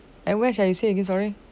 at where sia you say again sorry